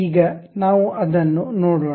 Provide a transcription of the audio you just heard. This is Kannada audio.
ಈಗ ನಾವು ಅದನ್ನು ನೋಡೋಣ